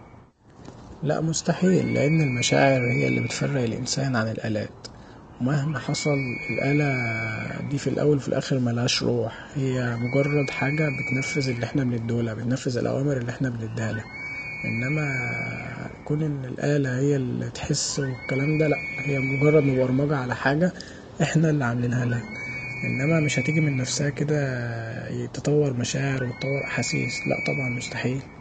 لأ مستحيل لان المشاعر هي اللي بتفرق الآنسان عن الآلات ومهما حصل الآله دي في الأول والاخر ملهاش روح، هي مجرد حاجه بتنفذ الحاجه اللي احنا بنديهولها بتنفذ الأوامر اللي احنا بنديهالها، انما كون ان الآله هيا اللي تحس والكلام دا لأ، هي مجرد مبرمجه علي حاجه احنا اللي عاملينهالها انما مش هتيجي من نفسها كدا تطور مشاعر وتطور أحاسيس، لأ طبعا مستحيل.